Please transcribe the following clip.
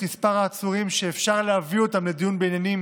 מספר העצורים שאפשר להביא אותם לדיון בעניינים